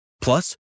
Plus